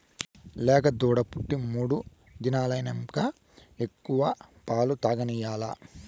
లేగదూడ పుట్టి మూడు దినాలైనంక ఎక్కువ పాలు తాగనియాల్ల